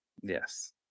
Yes